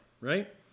right